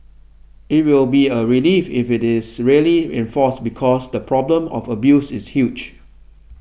it will be a relief if it is really enforced because the problem of abuse is huge